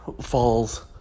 falls